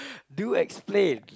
do explain